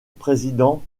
président